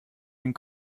den